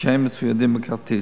כשהם מצוידים בכרטיס.